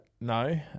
no